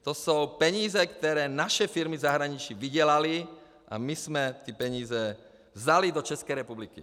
To jsou peníze, které naše firmy v zahraničí vydělaly, a my jsme ty peníze vzali do České republiky.